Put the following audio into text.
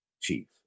Chief